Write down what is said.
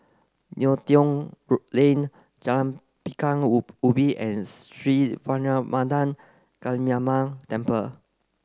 Neo Tiew Road Lane Jalan Pekan Woo Ubin and Sri Vairavimada Kaliamman Temple